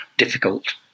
difficult